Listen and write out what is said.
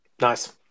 Nice